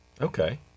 okay